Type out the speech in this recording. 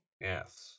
Yes